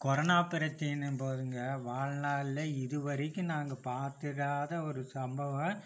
corona பிரச்சினை போதுங்க வாழ்நாளில் இது வரைக்கும் நாங்கள் பார்த்திராத ஒரு சம்பவம்